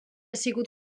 sigut